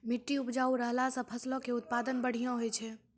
मट्टी उपजाऊ रहला से फसलो के उत्पादन बढ़िया होय छै